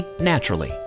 naturally